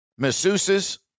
masseuses